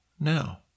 now